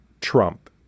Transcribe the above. Trump